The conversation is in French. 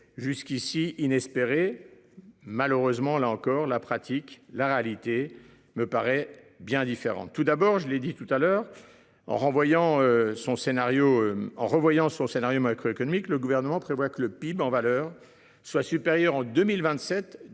jusqu'ici inespérée malheureusement là encore la pratique la réalité me paraît bien. Tout d'abord je l'ai dit tout à l'heure en renvoyant son scénario revoyant son scénario macroéconomique. Le gouvernement prévoit que le PIB en valeur soit supérieur en 2027